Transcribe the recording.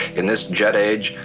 in this jet age,